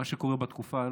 מה שקורה בתקופה האחרונה,